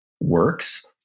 works